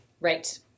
Right